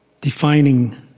defining